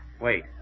Wait